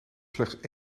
slechts